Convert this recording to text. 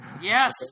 Yes